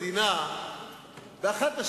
אני אומר לך שהאווירה המשועשעת במידה כזאת או אחרת היא